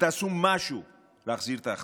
ותעשו משהו להחזיר את האחדות.